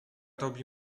robi